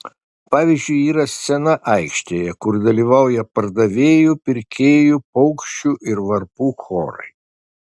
pavyzdžiui yra scena aikštėje kur dalyvauja pardavėjų pirkėjų paukščių ir varpų chorai